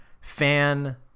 fan